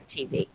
tv